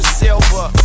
silver